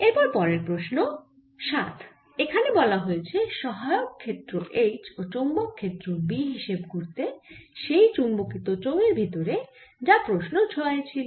এরপর প্রশ্ন 7 এখানে বলা হয়েছে সহায়ক ক্ষেত্র H ও চৌম্বক ক্ষেত্র B হিসেব করতে সেই চুম্বকিত চোঙের ভেতরে যা প্রশ্ন 6 এ ছিল